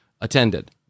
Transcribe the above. attended